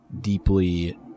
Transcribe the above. deeply